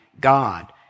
God